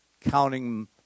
counting